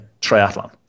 triathlon